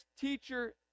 teacher